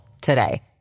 today